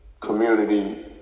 community